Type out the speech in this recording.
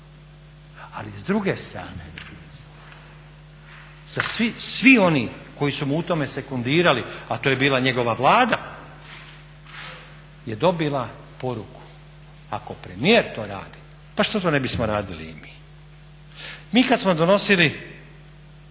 Ali s druge strane svi oni koji su mu u tome sekundirali, a to je bila njegova Vlada, je dobila poruku ako premijer to radi pa što to ne bismo radili i mi. Mi kad smo donosili,